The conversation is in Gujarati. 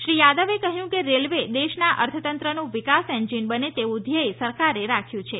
શ્રી યાદવે કહ્યું કે રેલવે દેશના અર્થતંત્રનું વિકાસ એન્જિન બને તેવું ધ્યેય સરકારે રાખ્યું છે